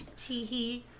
Teehee